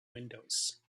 windows